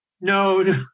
No